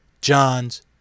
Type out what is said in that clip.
John's